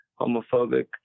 homophobic